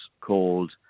called